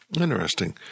Interesting